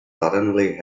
suddenly